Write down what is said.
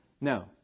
No